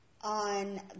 on